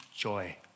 joy